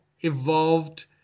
evolved